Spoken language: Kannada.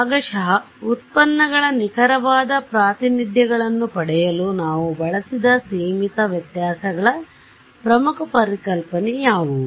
ಭಾಗಶಃ ಉತ್ಪನ್ನಗಳ ನಿಖರವಾದ ಪ್ರಾತಿನಿಧ್ಯಗಳನ್ನು ಪಡೆಯಲು ನಾವು ಬಳಸಿದ ಸೀಮಿತ ವ್ಯತ್ಯಾಸಗಳ ಪ್ರಮುಖ ಪರಿಕಲ್ಪನೆ ಯಾವುವು